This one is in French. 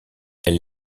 elle